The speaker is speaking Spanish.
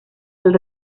del